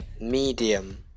Medium